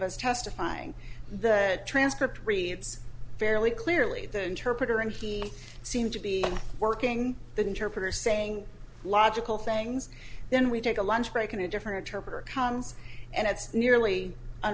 us testifying the transcript reads fairly clearly the interpreter and he seemed to be working the interpreter saying logical things then we take a lunch break and a different interpreter comes and it's nearly